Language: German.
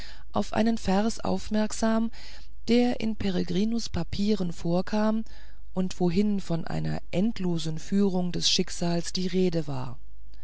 auf einen vers aufmerksam der in peregrinus papieren vorkam und worin von einer endlosen führung des schicksals die rede war